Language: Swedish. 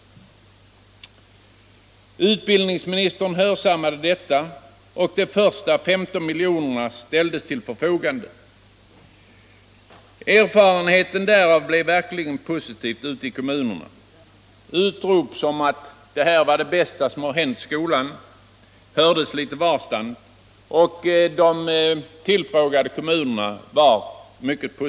Utbildningsministern hörsammade detta, och de första 15 miljonerna ställdes till förfogande. Erfarenheten av de stödåtgärder som sattes in ute i kommunerna blev verkligen positiv. Utrop som ”detta var det bästa som hänt skolan!” hördes från många håll.